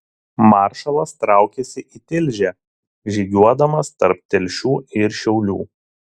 maršalas traukėsi į tilžę žygiuodamas tarp telšių ir šiaulių